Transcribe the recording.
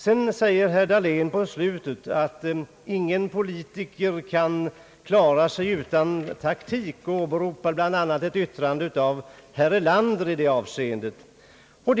Herr Dahlén säger vidare att ingen politiker kan klara sig utan taktik och åberopar bl.a. ett yttrande av herr Erlander i det avseendet.